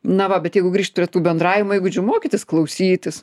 na va bet jeigu grįžt prie tų bendravimo įgūdžių mokytis klausytis